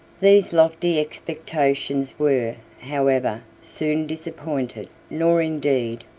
these lofty expectations were, however, soon disappointed nor, indeed,